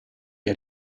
che